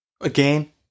Again